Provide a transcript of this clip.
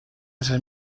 esas